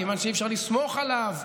כיוון שאי-אפשר לסמוך עליו.